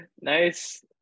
nice